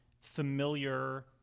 familiar